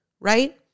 right